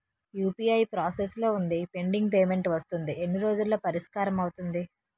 UPI process లో వుందిపెండింగ్ payment వస్తుంది ఎన్ని రోజుల్లో పరిష్కారం అవుతుంది